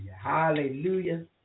Hallelujah